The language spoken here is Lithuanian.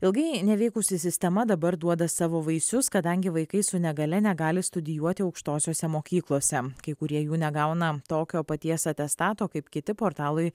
ilgai neveikusi sistema dabar duoda savo vaisius kadangi vaikai su negalia negali studijuoti aukštosiose mokyklose kai kurie jų negauna tokio paties atestato kaip kiti portalai